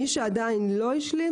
מי שעדיין לא השלים,